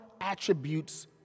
attributes